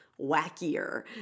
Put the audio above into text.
wackier